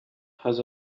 has